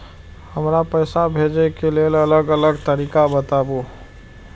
हमरा पैसा भेजै के लेल अलग अलग तरीका बताबु?